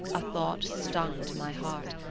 a thought stung to my heart,